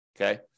Okay